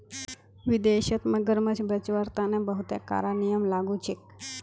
विदेशत मगरमच्छ बचव्वार तने बहुते कारा नियम लागू छेक